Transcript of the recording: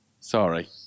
Sorry